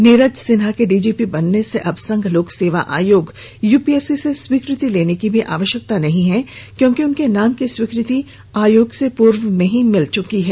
नीरज सिन्हा के डीजीपी बनने से अब संघ लोक सेवा आयोग यूपीएससी से स्वीकृति लेने की भी आवश्यकता नहीं है क्योंकि उनके नाम की स्वीकृति आयोग से पूर्व में ही मिल चुकी है